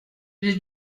j’ai